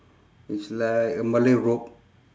it's like a malay robe